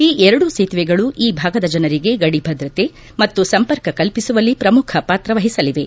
ಈ ಎರಡೂ ಸೇತುವೆಗಳು ಈ ಭಾಗದ ಜನರಿಗೆ ಗಡಿಭದ್ರತೆ ಮತ್ತು ಸಂಪರ್ಕ ಕಲ್ಪಿಸುವಲ್ಲಿ ಪ್ರಮುಖ ಪಾತ್ರವಹಿಸಲಿವೆ